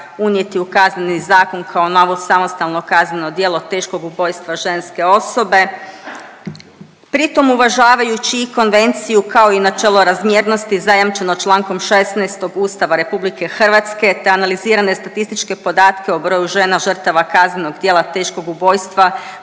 unijeti u KZ kao novo samostalno kazneno djelo teškog ubojstva ženske osobe pritom uvažavajući i konvenciju, kao i načelo razmjernosti zajamčeno čl. 16. Ustava RH, te analizirane statističke podatke o broju žena žrtava kaznenog djela teškog ubojstva